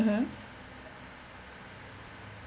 mmhmm